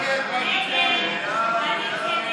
ההסתייגות (358) של חבר הכנסת אלעזר